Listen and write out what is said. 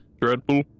Dreadful